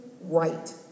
right